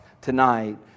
tonight